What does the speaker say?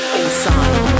inside